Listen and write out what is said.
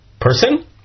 person